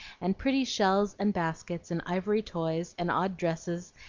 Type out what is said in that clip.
and pretty shells and baskets, and ivory toys, and odd dresses,